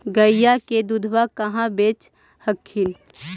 गईया के दूधबा कहा बेच हखिन?